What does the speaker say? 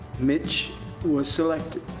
mitch was selected.